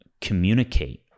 communicate